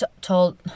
Told